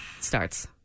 starts